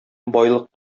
байлык